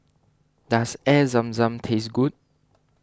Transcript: does Air Zam Zam taste good